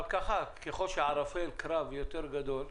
ככל שערפל הקרב יותר גדול,